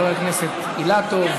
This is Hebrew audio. חבר הכנסת אילטוב,